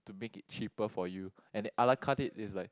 to make it cheaper for you and the a lah carte is like